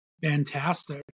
fantastic